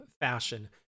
fashion